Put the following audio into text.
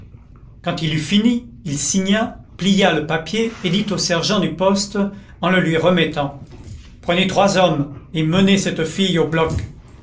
quand il eut fini il signa plia le papier et dit au sergent du poste en le lui remettant prenez trois hommes et menez cette fille au bloc